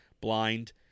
blind